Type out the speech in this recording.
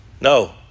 No